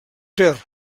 ter